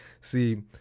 see